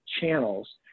channels